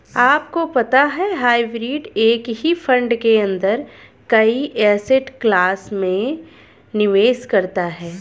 आपको पता है हाइब्रिड एक ही फंड के अंदर कई एसेट क्लास में निवेश करता है?